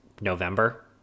November